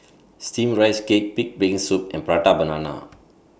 Steamed Rice Cake Pig'S Brain Soup and Prata Banana